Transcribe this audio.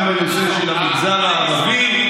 גם בנושא של המגזר הערבי.